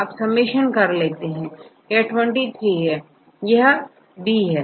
अब समेशन लेते हैं यह23 है यहB है